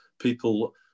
people